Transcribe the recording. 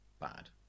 bad